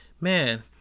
man